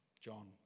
John